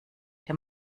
der